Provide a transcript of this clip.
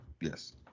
Yes